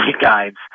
guides